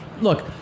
look